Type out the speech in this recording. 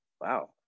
wow